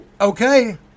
okay